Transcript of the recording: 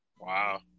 Wow